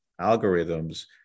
algorithms